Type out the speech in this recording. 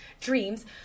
dreams